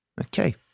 Okay